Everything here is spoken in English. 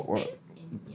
you can even walk [what]